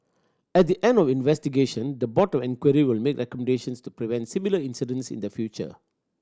at the end of investigation the Board to Inquiry will make recommendations to prevent similar incidents in the future